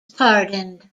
pardoned